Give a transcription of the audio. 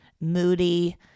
moody